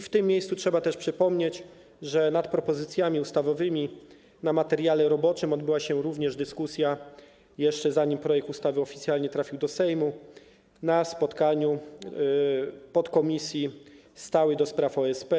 W tym miejscu trzeba też przypomnieć, że nad propozycjami ustawowymi na materiale roboczym odbyła się również dyskusja jeszcze zanim projekt ustawy oficjalnie trafił do Sejmu, na spotkaniu podkomisji stałej ds. OSP.